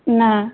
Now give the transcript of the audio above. ନାଁ